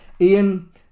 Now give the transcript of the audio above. Ian